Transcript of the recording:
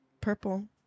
purple